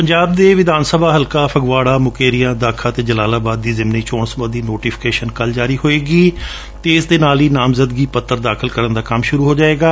ਪੰਜਾਬ ਦੇ ਵਿਧਾਨਸਭਾ ਹਲਕਾ ਫਗਵਾਤਾ ਮੁਕੇਰੀਆਂ ਦਾਖਾ ਅਤੇ ਜਲਾਲਾਬਾਦ ਦੀ ਜਿਮਨੀ ਚੋਣ ਸਬੰਧੀ ਨੋਟੀਫਿਕੇਸ਼ਨ ਕੱਲ੍ ਜਾਰੀ ਹੋਵੇਗੀ ਅਤੇ ਇਸਦੇ ਨਾਲ ਹੀ ਨਾਮਜਦਗੀ ਪੱਤਰ ਦਾਖਲ ਕਰਨ ਦਾ ਕੰਮ ਸ਼ੁਰੂ ਹੋ ਜਾਵੇਗਾ